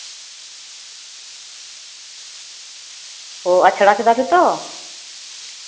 ᱚ ᱟᱪᱷᱲᱟ ᱠᱮᱫᱟᱯᱮ ᱛᱚ